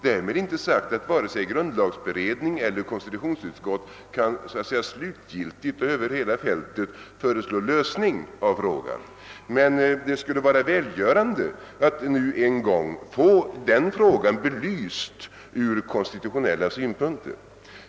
Därmed inte sagt att vare sig grundlagberedning eller konstitutionsutskott kan slutgiltigt och över hela fältet föreslå en lösning. Men det skulle vara välgörande att en gång få frågan belyst ur konstitutionell synpunkt.